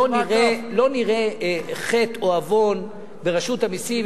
לא נראה חטא או עוון ברשות המסים,